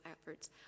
efforts